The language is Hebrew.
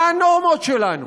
מה הנורמות שלנו,